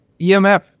EMF